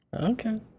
Okay